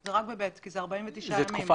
זה רק ב-ב' כי אלה 49 ימים.